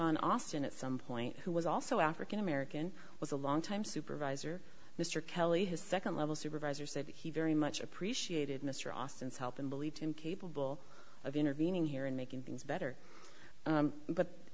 on austin at some point who was also african american was a long time supervisor mr kelly his second level supervisor said he very much appreciated mr austin's help and believed him capable of intervening here and making things better